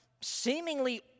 seemingly